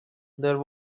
there